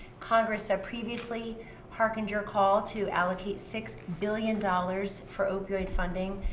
congress had previously harkened your call to allocate six billion dollars for opioid funding,